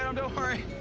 don't don't worry.